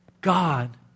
God